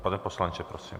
Pane poslanče, prosím.